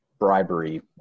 bribery